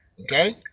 Okay